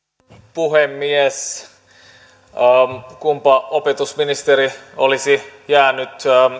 puhemies kunpa opetusministeri olisi jäänyt